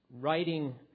writing